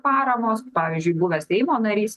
paramos pavyzdžiui buvęs seimo narys